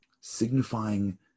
signifying